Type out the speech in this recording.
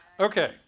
Okay